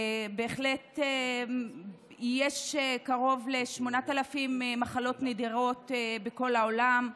בהחלט יש קרוב ל-8,000 מחלות נדירות בכל העולם.